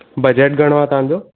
budget घणो आहे तव्हांजो